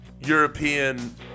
European